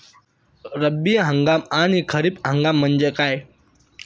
रब्बी हंगाम आणि खरीप हंगाम म्हणजे काय?